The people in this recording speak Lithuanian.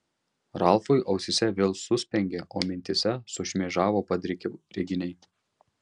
ralfui ausyse vėl suspengė o mintyse sušmėžavo padriki reginiai